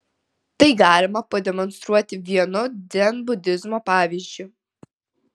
tai galima pademonstruoti vienu dzenbudizmo pavyzdžiu